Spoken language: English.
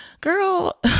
girl